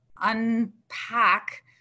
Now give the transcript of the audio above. unpack